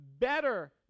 better